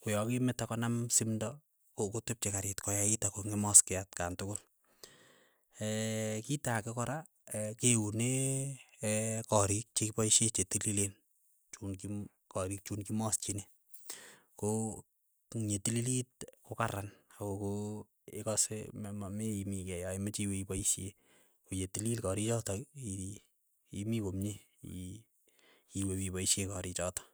ko ya kemete konam simndo ko kotepche karit koyait ako ng'emaksei atkan tukul, kito ake kora keune korik chekipaishe chetilileen, chun ki karik chuun kimaschini, ko nyetililit kokaran ako ikae ma- mamii iimi kei ya imache iwe ipaishe, ko ye tilil korichotok ii imi komie ii iwe ipaishe korik chotok.